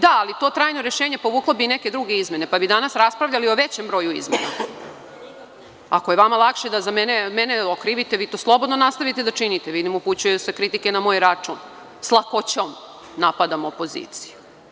Da, ali to trajno rešenje povuklo bi i neke druge izmene, pa bi danas raspravljali o većem broju izmena, a ako je vama lakše da mene okrivite, vi to slobodno nastavite da činite, vidim da se upućuju kritike na moj račun, sa lakoćom napadam opoziciju.